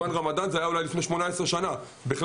זה היה אולי לפני 18 שנים בסוכות.